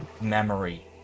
memory